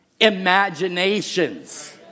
imaginations